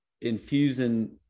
infusing